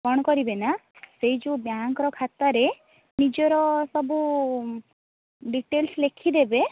କ'ଣ କରିବେ ନା ସେଇ ଯେଉଁ ବ୍ୟାଙ୍କ୍ର ଖାତାରେ ନିଜର ସବୁ ଡିଟେଲ୍ସ ଲେଖିଦେବେ